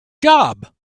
job